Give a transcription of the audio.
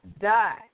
die